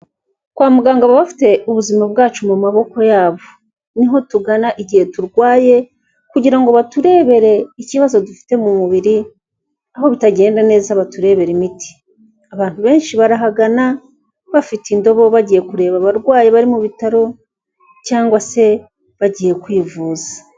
Kwa muganga baba bafite ubuzima bwacu mu maboko yabo, niho tugana igihe turwaye kugira ngo baturebere ikibazo dufite mu mubiri aho bitagenda neza baturebere imiti, abantu benshi barahagana bafite indobo bagiye kureba abarwayi bari mu bitaro cyangwa se bagiye kwivuza.